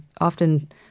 often